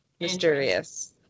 mysterious